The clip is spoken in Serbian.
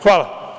Hvala.